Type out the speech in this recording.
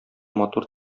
матур